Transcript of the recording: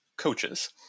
coaches